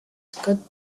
scots